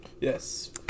Yes